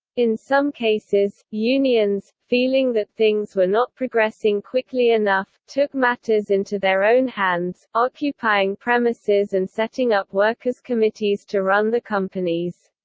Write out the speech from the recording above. in some cases, unions, feeling that things were not progressing quickly enough, took matters into their own hands, occupying premises and setting up workers' committees to run the companies.